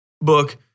book